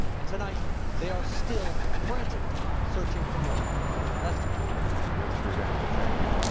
and tonight they are still frantically searching for more lester richard engel, thank you.